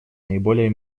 наиболее